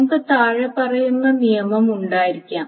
നമുക്ക് താഴെ പറയുന്ന നിയമം ഉണ്ടായിരിക്കാം